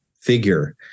figure